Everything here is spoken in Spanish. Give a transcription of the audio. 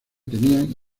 tenían